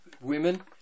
women